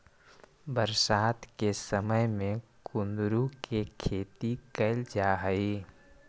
बरसात के समय में कुंदरू के खेती कैल जा हइ